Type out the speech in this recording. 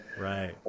Right